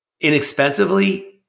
inexpensively